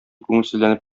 күңелсезләнеп